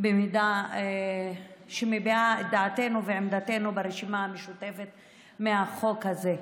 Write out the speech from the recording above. במידה שמביעה את דעתנו ועמדתנו ברשימה המשותפת על החוק הזה.